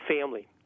family